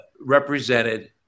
represented